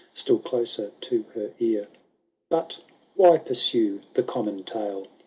still closer to her ear but why pursue the common tale?